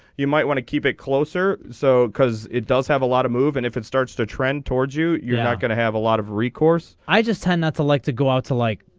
you might want to keep it closer. so because it does have a lot of moving and if it starts to trend toward you you're not gonna have a lot of recourse. i just tend not to like to go out to like.